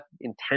intent